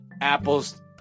apples